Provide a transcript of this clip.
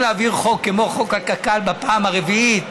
להעביר חוק כמו חוק הקק"ל בפעם הרביעית,